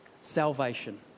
salvation